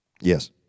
Yes